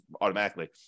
automatically